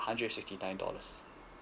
hundred and sixty nine dollars